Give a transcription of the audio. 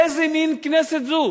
איזה מין כנסת זו?